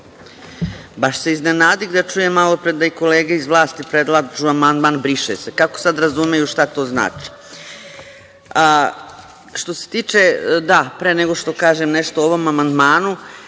Baš se iznenadih da čujem malopre da kolege iz vlasti predlažu amandman – briše se. Kako sada razumeju šta to znači? Pre nego što kažem nešto o ovom amandmanu,